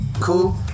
Cool